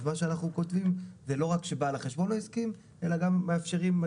אז מה שאנחנו כותבים זה לא רק שבעל החשבון לא הסכים אלא גם מאפשרים,